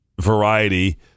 variety